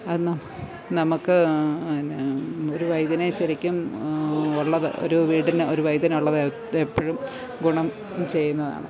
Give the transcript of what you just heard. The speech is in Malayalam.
അതിനു നമുക്ക് എന്നാ ഒരു വൈദ്യനെ ശരിക്കും ഉള്ളത് ഒരു വീടിന് ഒരു വൈദ്യനുള്ളത് എപ്പോഴും ഗുണം ചെയ്യുന്നതാണ്